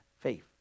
Faith